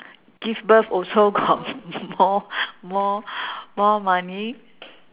give birth also got more more more money